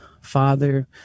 father